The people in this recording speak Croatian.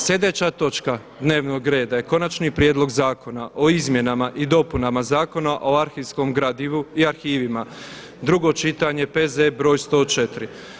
Sljedeća točka dnevnog reda je Konačni prijedlog zakona o izmjenama i dopunama Zakona o arhivskom gradivu i arhivima, drugo čitanje, P.Z. broj 104.